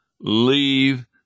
leave